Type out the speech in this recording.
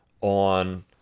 on